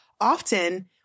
often